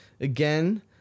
again